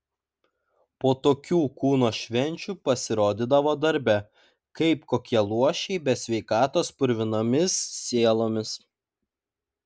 po tokių kūno švenčių pasirodydavo darbe kaip kokie luošiai be sveikatos purvinomis sielomis